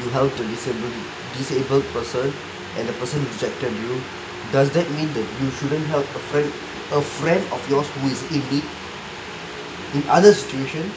you help to disable person and the person rejected you does that mean the you shouldn't help a friend a friend of yours in other situation